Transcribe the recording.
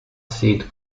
seed